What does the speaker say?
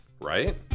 Right